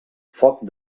foc